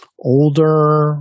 Older